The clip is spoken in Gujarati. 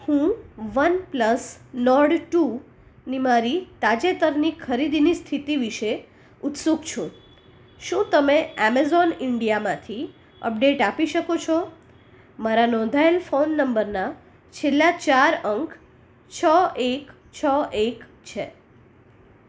હું વનપ્લસ નોર્ડ ટુ ની મારી તાજેતરની ખરીદીની સ્થિતિ વિશે ઉત્સુક છું શું તમે એમેઝોન ઈન્ડિયામાંથી અપડેટ આપી શકો છો મારો નોંધાએલ ફોન નંબરના છેલ્લા ચાર અંક છ એક છ એક છે